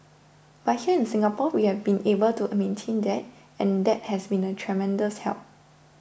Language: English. but here in Singapore we've been able to maintain that and that has been a tremendous help